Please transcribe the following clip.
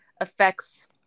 affects